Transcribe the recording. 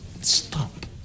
stop